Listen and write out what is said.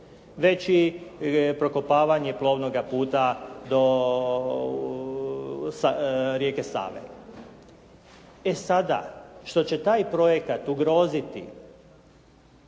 već i prokopavanje plovnoga puta do rijeke Save. E sada, što će taj projekat ugroziti